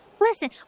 Listen